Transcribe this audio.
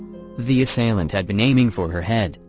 the assailant had been aiming for her head,